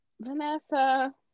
Vanessa